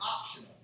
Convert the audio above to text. optional